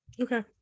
okay